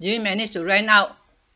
do you manage to rent out